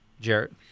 Jarrett